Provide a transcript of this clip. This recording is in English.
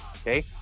okay